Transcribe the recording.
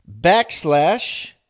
backslash